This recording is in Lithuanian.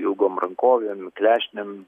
ilgom rankovėm ir klešnėm